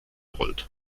rollt